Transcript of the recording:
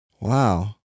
Wow